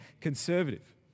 conservative